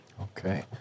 Okay